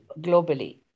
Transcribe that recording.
globally